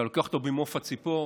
אם אתה לוקח אותו במעוף הציפור,